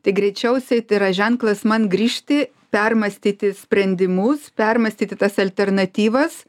tai greičiausiai tai yra ženklas man grįžti permąstyti sprendimus permąstyti tas alternatyvas